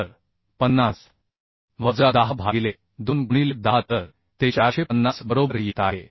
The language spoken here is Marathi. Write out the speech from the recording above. तर 50 वजा 10 भागिले 2 गुणिले 10 तर ते 450 बरोबर येत आहे